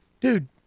Dude